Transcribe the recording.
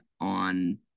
on